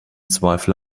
zweifel